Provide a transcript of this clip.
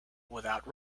without